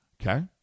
Okay